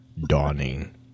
dawning